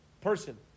person